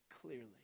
clearly